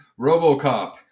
RoboCop